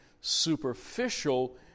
superficial